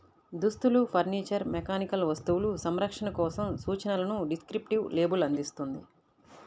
దుస్తులు, furniture, mechanical వస్తువులు, సంరక్షణ కోసం సూచనలను డిస్క్రిప్టివ్ లేబుల్ అందిస్తుంది